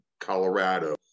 Colorado